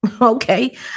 okay